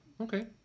Okay